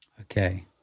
Okay